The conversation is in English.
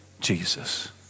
Jesus